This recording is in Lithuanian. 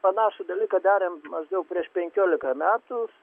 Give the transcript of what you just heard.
panašų dalyką darėm maždaug prieš penkiolika metų